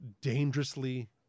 dangerously